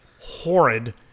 horrid